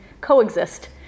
coexist